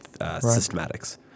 systematics